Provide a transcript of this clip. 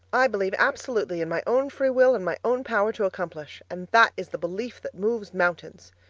i believe absolutely in my own free will and my own power to accomplish and that is the belief that moves mountains.